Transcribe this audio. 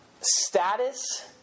status